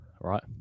right